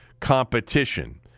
competition